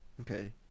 okay